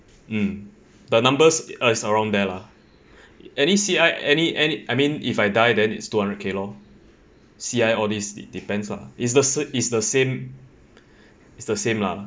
mm the numbers uh is around there lah any C_I any any I mean if I die then it's two hundred K lor C_I all these depends lah it's the sa~ it's the same it's the same lah